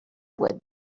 would